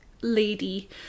lady